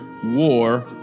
war